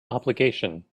obligation